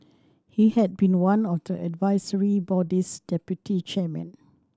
he had been one of the advisory body's deputy chairmen